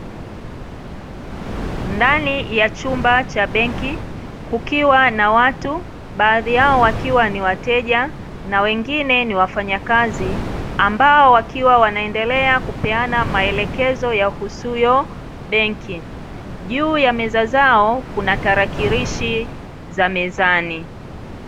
Ndani ya chumba cha benki kukiwa na watu, baadhi yao wakiwa ni wateja na wengine ni wafanyakazi ambao wakiwa wanaendelea kupeana maelekezo yahusuyo benki. Juu ya meza zao kuna tarakilishi za mezani.